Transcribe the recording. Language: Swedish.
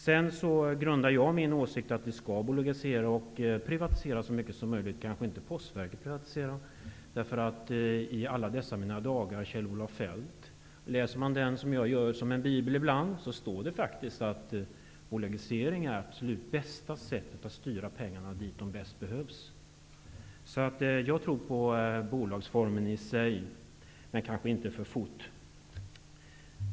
Min uppfattning är att det skall bolagiseras och privatiseras så mycket som möjligt, dock kanske inte Postverket. I Kjell-Olof Feldts bok ''Alla dessa dagar'', som jag ibland läser som en bibel, står det faktiskt att bolagiseringar är det absolut bästa sättet att styra pengarna dit de bäst behövs. Så jag tror på bolagsformen i sig men att man kanske inte skall gå så fort fram.